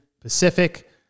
Pacific